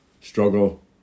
struggle